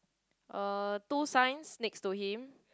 uh two signs next to him